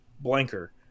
blanker